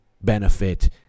benefit